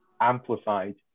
amplified